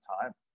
time